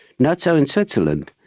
not so in switzerland.